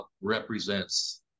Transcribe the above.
represents